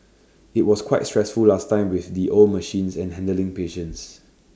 IT was quite stressful last time with the old machines and handling patients